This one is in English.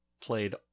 Played